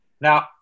Now